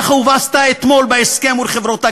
כך הובסת אתמול בהסכם מול חברות הגז.